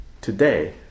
today